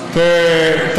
קחי את הרב-קו,